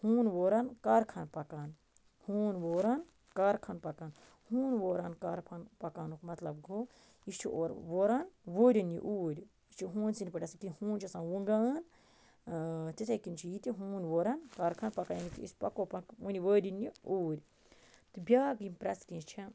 ہوٗن وُران کار خان پَکان ہوٗن وُران کاخان پِکان ہوٗن وُران کارفان پَکانُک مطلب گوٚو یہِ چھُ اورٕ وُران وُرِنۍ یہِ اوٗر یہ چھُ ہوٗن سِنٛد پٲٹھۍ آسان کہِ ہوٗن چھُ آسان وُنٛگان تِتھَے کٔنۍ چھُ یہِ تہِ ہوٗن وُرن کار خان پَکن یعنی کہِ أسۍ پَکو پَکو وٕنۍ وٲرِنۍ یہِ اوٗر تہٕ بیٛاکھ یِم پرٮ۪ژٕ نہِ چھِ